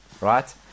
right